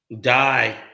die